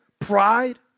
pride